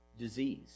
disease